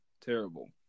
terrible